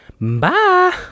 Bye